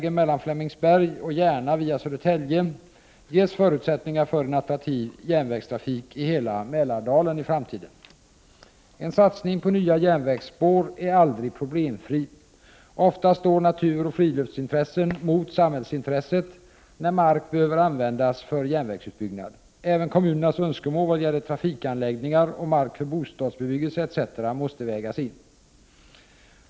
En satsning på nya järnvägsspår är aldrig problemfri. Ofta står naturoch friluftsintressen mot samhällsintresset när mark behöver användas för järnvägsutbyggnad. Även kommunernas önskemål vad gäller trafikanläggningar och mark för bostadsbebyggelse etc. måste vägas in.